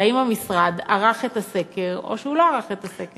זה: האם המשרד ערך את הסקר או שהוא לא ערך את הסקר?